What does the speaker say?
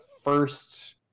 first